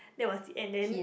that was it and then